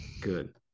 Good